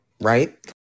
right